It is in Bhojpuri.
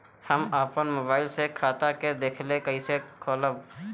हम आपन मोबाइल से खाता के देखेला कइसे खोलम?